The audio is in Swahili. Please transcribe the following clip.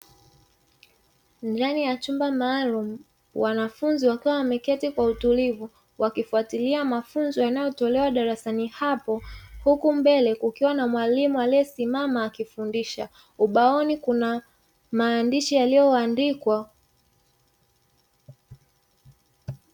Ndani ya chumba maalumu, wanafunzi wakiwa wameketi kwa utulivu, wakifatilia mafunzo yanayotolewa darasani hapo, huku mbele kukiwa na mwalimu aliyesimama akifundisha. Ubaoni kuna maandishi yaliyoandikwa.